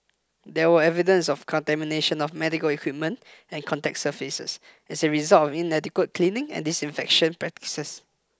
there were evidence of contamination of medical equipment and contact surfaces as a result of inadequate cleaning and disinfection practices